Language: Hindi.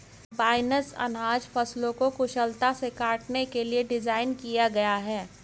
कम्बाइनस अनाज फसलों को कुशलता से काटने के लिए डिज़ाइन किया गया है